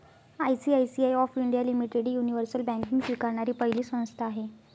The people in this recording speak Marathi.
आय.सी.आय.सी.आय ऑफ इंडिया लिमिटेड ही युनिव्हर्सल बँकिंग स्वीकारणारी पहिली संस्था आहे